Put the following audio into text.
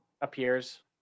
appears